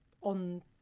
on